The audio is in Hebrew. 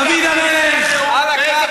דרך מלכנו, דוד המלך, מה לקחת?